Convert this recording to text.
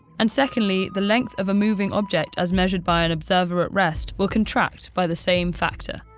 and secondly, the length of a moving object as measured by an observer at rest will contract by the same factor.